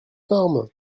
forme